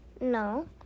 No